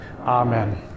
Amen